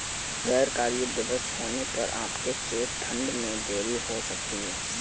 गैर कार्य दिवस होने पर आपके चेक फंड में देरी हो सकती है